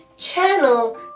Channel